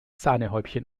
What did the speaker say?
sahnehäubchen